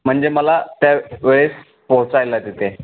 म्हणजे मला त्या वेळेस पोहोचायला तिथे